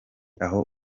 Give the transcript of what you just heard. aho